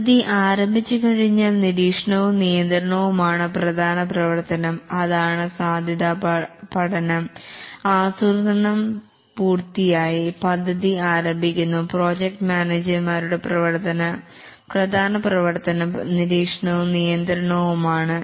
പദ്ധതി ആരംഭിച്ചു കഴിഞ്ഞാൽ നിരീക്ഷണവും നിയന്ത്രണവും ആണ് പ്രധാന പ്രവർത്തനം അതാണ് സാധ്യതാപഠനം ആസൂത്രണം പൂർത്തിയായി പദ്ധതി ആരംഭിക്കുന്നു പ്രോജക്റ്റ് മാനേജർ മാരുടെ പ്രധാന പ്രവർത്തനം നിരീക്ഷണവും നിയന്ത്രണവും ആണ്